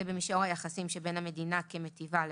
זה במישור היחסים שבין המדינה כמיטיבה למזיק.